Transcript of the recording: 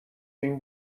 این